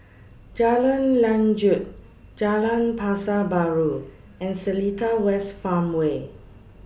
Jalan Lanjut Jalan Pasar Baru and Seletar West Farmway